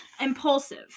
Impulsive